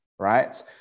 right